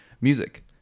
music